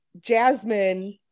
Jasmine